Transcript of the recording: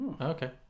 okay